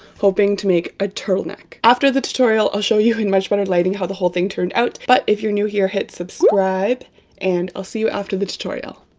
hoping to make a turtleneck. after the tutorial, i'll show you in much better lighting how the whole thing turned out. but, if you're new here, hit subscribe and i'll see you after the tutorial.